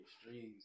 streams